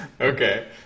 Okay